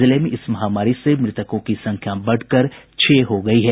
जिले में इस महामारी से मृतकों की संख्या बढ़कर छह हो गयी है